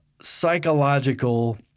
psychological